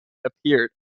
appeared